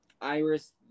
Iris